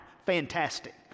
fantastic